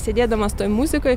sėdėdamas toj muzikoj